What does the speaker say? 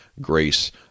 Grace